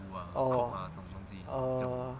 oh err